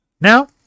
now